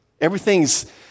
Everything's